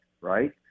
right